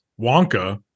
Wonka